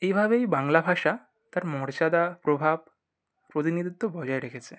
এইভাবেই বাংলা ভাষা তার মর্যাদা প্রভাব প্রতিনিধিত্ব বজায় রেখেছে